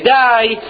die